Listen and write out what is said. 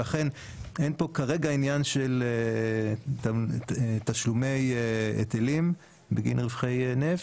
ולכן כרגע אין פה עניין של תשלומי היטלים בגין רווחי נפט.